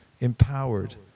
empowered